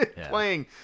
playing